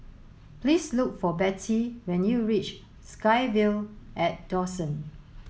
please look for Betty when you reach SkyVille at Dawson